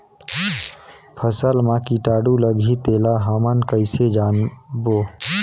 फसल मा कीटाणु लगही तेला हमन कइसे जानबो?